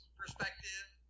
perspective